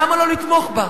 למה לא לתמוך בה?